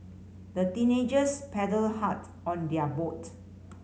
the teenagers paddled hard on their boat